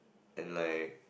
and like